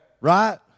Right